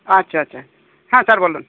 আচ্ছা আচ্ছা হ্যাঁ স্যার বলুন